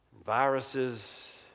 Viruses